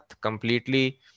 completely